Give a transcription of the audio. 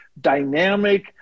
dynamic